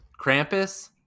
Krampus